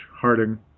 Harding